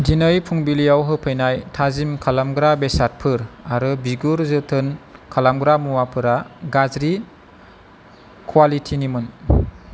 दिनै फुंबिलियाव होफैनाय थाजिम खालामग्रा बेसादफोर आरो बिगुर जोथोन खालामनाय मुवाफोरा गाज्रि कुवालिटिनिमोन